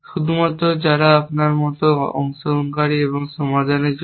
শুধুমাত্র যারা আপনার মত অংশগ্রহণকারী এবং সমাধানের জন্য